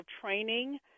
training